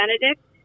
Benedict